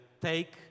take